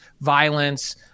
violence